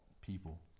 people